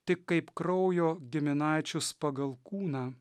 tik kaip kraujo giminaičius pagal kūną